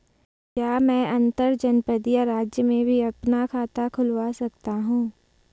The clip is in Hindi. क्या मैं अंतर्जनपदीय राज्य में भी अपना खाता खुलवा सकता हूँ?